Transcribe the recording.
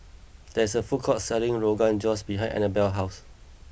there is a food court selling Rogan Josh behind Anabelle's house